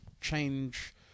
change